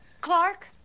Clark